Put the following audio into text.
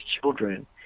children